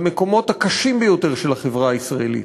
למקומות הקשים ביותר של החברה הישראלית,